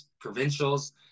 provincials